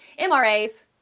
MRAs